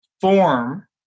form